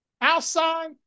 outside